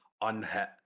unhit